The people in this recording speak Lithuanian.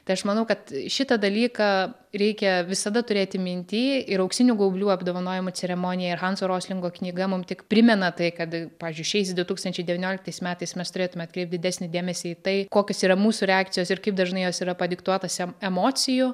tai aš manau kad šitą dalyką reikia visada turėti minty ir auksinių gaublių apdovanojimų ceremonija ir hanso roslingo knyga mum tik primena tai kad pavyzdžiui šiais du tūkstančiais metais mes turėtume atkreipt didesnį dėmesį į tai kokios yra mūsų reakcijos ir kaip dažnai jos yra padiktuotos em emocijų